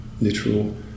literal